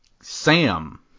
Sam